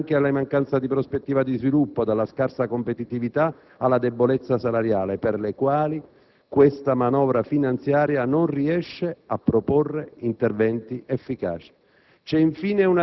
(dalle morti bianche alla mancanza di prospettiva di sviluppo, dalla scarsa competitività alla debolezza salariale) per le quali questa manovra finanziaria non riesce a proporre interventi efficaci.